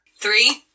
Three